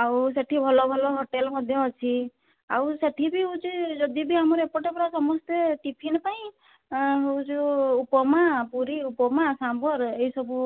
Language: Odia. ଆଉ ସେଠି ଭଲ ଭଲ ହୋଟେଲ୍ ମଧ୍ୟ ଅଛି ଆଉ ସେଠି ବି ହେଉଛି ଯଦି ବି ଆମର ଏପଟେ ପୂରା ସମସ୍ତେ ଟିଫିନ୍ ପାଇଁ ଆଁ ହେଉଛୁ ଉପମା ପୁରି ଉପମା ସାମ୍ବର୍ ଏସବୁ